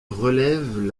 relèvent